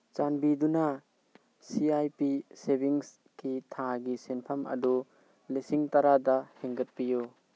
ꯆꯥꯟꯕꯤꯗꯨꯅ ꯁꯤ ꯑꯥꯏ ꯄꯤ ꯁꯦꯚꯤꯡꯁꯒꯤ ꯊꯥꯒꯤ ꯁꯦꯟꯐꯝ ꯑꯗꯨ ꯂꯤꯁꯤꯡ ꯇꯔꯥꯗ ꯍꯦꯟꯒꯠꯄꯤꯌꯨ